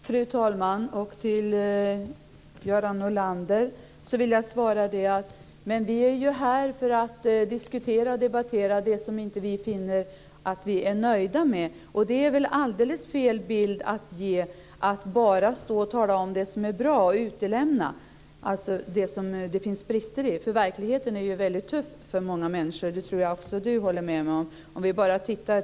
Fru talman! Till Göran Norlander vill jag svara att vi är här för att diskutera och debattera det som vi inte finner att vi är nöjda med. Man ger väl alldeles fel bild om man bara står och talar om det som är bra och utelämnar det som det finns brister i. Verkligheten är ju väldigt tuff för många människor. Det tror jag också att Göran Norlander håller med mig om.